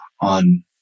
on